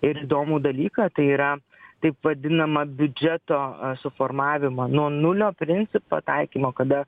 ir įdomų dalyką tai yra taip vadinamą biudžeto suformavimą nuo nulio principo taikymo kada